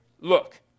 Look